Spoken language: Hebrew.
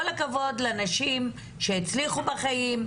כל הכבוד לנשים שהצליחו בחיים,